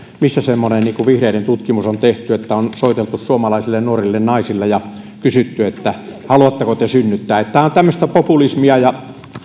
missä semmoinen vihreiden tutkimus on tehty että on soiteltu suomalaisille nuorille naisille ja kysytty että haluatteko synnyttää tämä on tämmöistä populismia ja